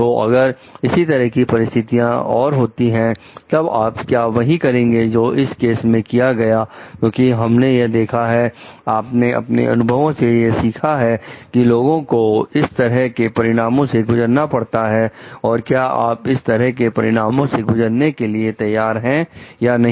तो अगर इसी तरह की परिस्थितियां और होती हैं तब आप क्या वही करेंगे जो इस केस में किया गया क्योंकि हमने यह देखा है आपने अपने अनुभव से यह सीखा है कि लोगों को इस तरह के परिणामों से गुजरना पड़ता है और क्या आप इस तरह के परिणामों से गुजरने के लिए तैयार हैं या नहीं